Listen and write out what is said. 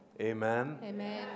Amen